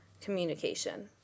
communication